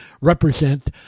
represent